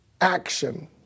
action